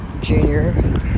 Junior